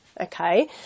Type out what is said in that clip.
Okay